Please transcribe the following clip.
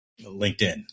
LinkedIn